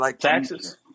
Taxes